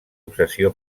obsessió